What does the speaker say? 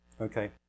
Okay